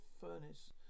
furnace